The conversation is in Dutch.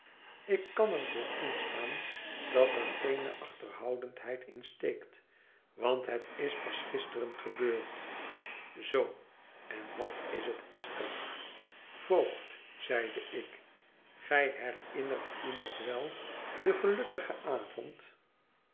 ik kan er voor instaan dat er geene achterhoudendheid in steekt want het is pas gisteren gebeurd zoo en wat is het esther voogd zeide ik gij herinnert u nog wel den gelukkigen avond